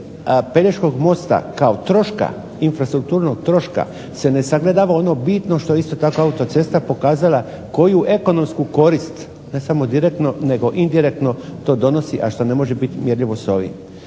Pelješkog mosta kao infrastrukturnog troška se ne sagledava ono bitno što je isto tako autocesta pokazala koju ekonomsku korist ne samo direktno nego indirektno to donosi, a što ne može biti mjerljivo s ovim.